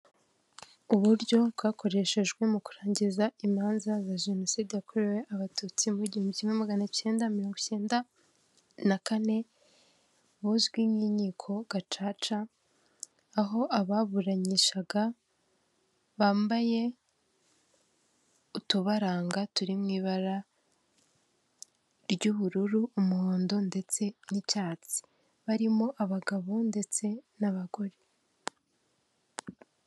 Uburyo bwakoreshejwe mu kurangiza imanza za Jenoside yakorewe abatutsi mu w'iihumbi kimwe magana icyenda mirongo icyenda na kane, buzwi nk'inkiko gacaca, aho ababuranishaga bambaye utubaranga turi mu ibara ry'ubururu, umuhondo ndetse n'icyatsi, barimo abagabo ndetse n'abagore.